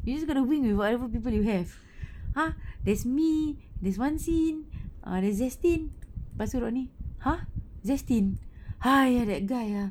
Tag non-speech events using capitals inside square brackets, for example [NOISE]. you just gonna wing with whatever people you have [BREATH] !huh! there's me there's wan xin err there's justin lepas tu rodney !huh! justin !haiya! that guy ah